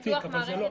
יכולות.